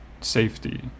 safety